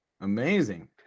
amazing